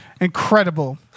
Incredible